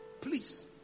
Please